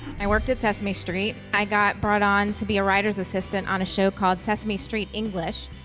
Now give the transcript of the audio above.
i worked at sesame street. i got brought on to be a writer's assistant on a show called sesame street english,